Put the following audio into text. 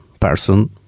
person